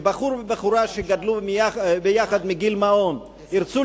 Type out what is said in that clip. שבחור ובחורה שגדלו יחד מגיל מעון ירצו